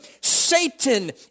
Satan